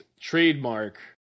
trademark